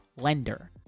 lender